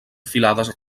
filades